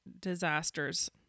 disasters